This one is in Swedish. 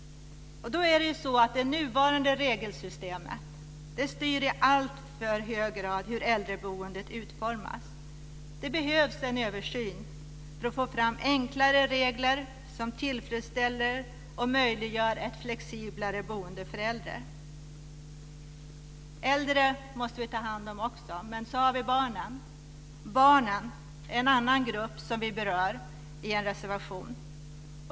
Det nuvarande regelsystemet styr i alltför hög grad hur äldreboendet utformas. Det behövs en översyn för att få fram enklare regler som tillfredsställer och möjliggör ett flexiblare boende för äldre. Vi måste ta hand om de äldre, men vi har också barnen. Barnen är en annan grupp som vi berör i en reservation.